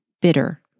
bitter